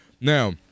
Now